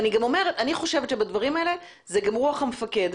ואני חושבת שבדברים האלה זה גם רוח המפקד,